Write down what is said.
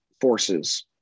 forces